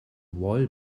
royal